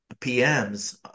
PMs